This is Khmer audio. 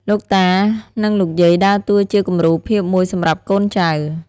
លោកតា និងលោកយាយដើរតួជាគំរូភាពមួយសម្រាប់កូនចៅ។